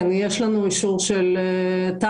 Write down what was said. כן, יש לנו אישור של משרד המשפטים.